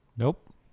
Nope